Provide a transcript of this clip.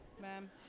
Ma'am